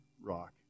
rock